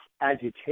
agitation